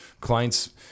clients